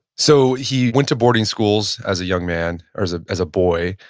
so he went to boarding schools as a young man or as ah as a boy.